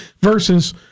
versus